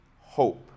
hope